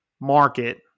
market